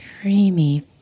creamy